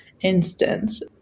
instance